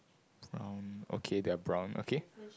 um okay they're brown okay